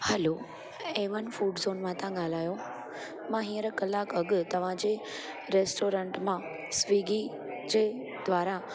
hello a one food zone मां था ॻाल्हायो मां हींअर कलाक अॻु तव्हांजे रेस्टोरंट मां स्वीगी जे द्वारा